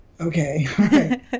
Okay